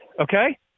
okay